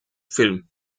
filme